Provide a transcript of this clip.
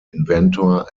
inventor